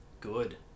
good